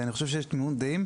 ואני חושב שיש תמימות דעים,